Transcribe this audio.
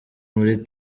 muri